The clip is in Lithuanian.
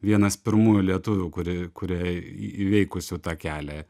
vienas pirmųjų lietuvių kurie kurie įveikusių tą kelią